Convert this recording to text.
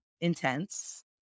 intense